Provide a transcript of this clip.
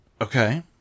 Okay